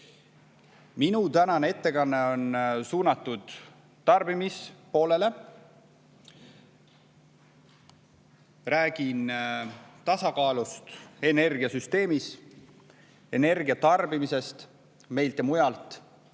Minu tänane ettekanne keskendub eelkõige tarbimise poolele. Räägin tasakaalust energiasüsteemis, energia tarbimisest meil ja mujal